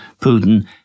Putin